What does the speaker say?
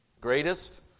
greatest